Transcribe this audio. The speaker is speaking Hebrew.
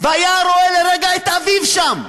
והיה רואה לרגע את אביו שם,